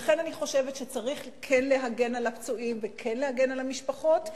לכן אני חושבת שצריך כן להגן על הפצועים וכן להגן על המשפחות,